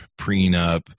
prenup